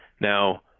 Now